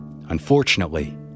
unfortunately